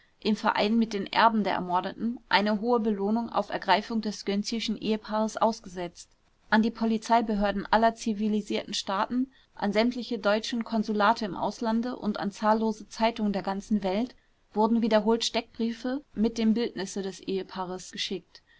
im verein mit den erben der ermordeten eine hohe belohnung auf ergreifung des gönczischen ehepaares ausgesetzt an die polizeibehörden aller zivilisierten staaten an sämtliche deutschen konsulate im auslande und an zahllose zeitungen der ganzen welt wurden wiederholt steckbriefe mit dem bildnisse des ehepaares geschickt